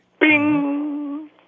Bing